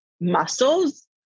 muscles